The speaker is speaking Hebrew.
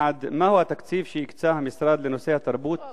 1. מהו התקציב שהקצה המשרד לנושא התרבות